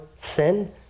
sin